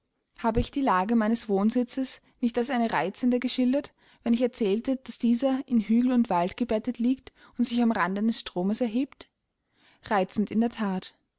habe ich die lage meines wohnsitzes nicht als eine reizende geschildert wenn ich erzählte daß dieser in hügel und wald gebettet liegt und sich am rande eines stromes erhebt reizend in der that